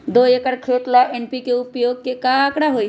दो एकर खेत ला एन.पी.के उपयोग के का आंकड़ा होई?